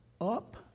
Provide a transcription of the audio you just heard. up